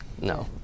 No